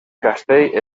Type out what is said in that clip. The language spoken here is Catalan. castell